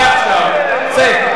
אני מנהל את הישיבה עכשיו, צא עכשיו.